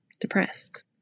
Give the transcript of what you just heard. depressed